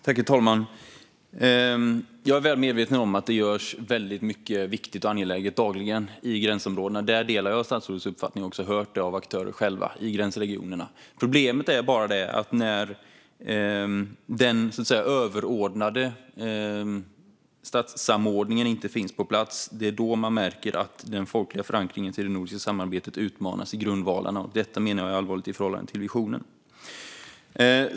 Herr talman! Jag är väl medveten om att det dagligen görs mycket viktigt och angeläget i gränsområdena - där delar jag statsrådets uppfattning - och jag har också hört av aktörer i gränsregionerna att det är så. Problemet är bara att det är när den överordnade statssamordningen inte finns på plats som man märker att den folkliga förankringen av det nordiska samarbetet utmanas i grundvalarna. Detta menar jag är allvarligt i förhållande till visionen.